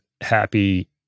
happy